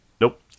Nope